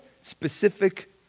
specific